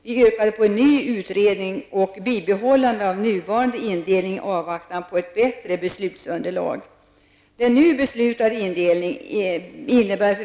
Vi yrkade på en ny utredning och bibehållande av nuvarande indelning, i avvaktan på ett bättre beslutsunderlag.